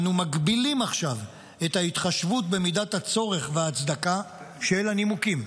אנו מגבילים עכשיו את ההתחשבות במידת הצורך והצדקה של הנימוקים,